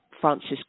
Francis